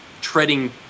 treading